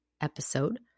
episode